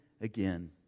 again